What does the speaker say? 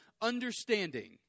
understanding